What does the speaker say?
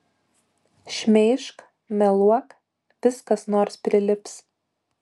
šmeižk meluok vis kas nors prilips